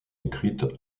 écrite